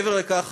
מעבר לכך,